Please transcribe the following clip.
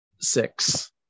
six